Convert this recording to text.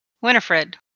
Winifred